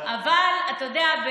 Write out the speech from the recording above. אבל אתה יודע,